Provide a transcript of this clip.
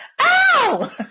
Ow